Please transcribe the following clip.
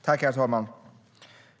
Herr talman!